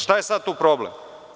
Šta je sada tu problem?